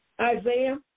Isaiah